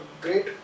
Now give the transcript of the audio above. great